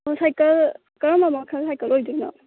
cycle ꯀꯔꯝꯕ ꯃꯈꯜ cycle ꯑꯣꯏꯗꯣꯏꯅꯣ